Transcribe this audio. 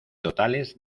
totales